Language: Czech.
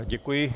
Děkuji.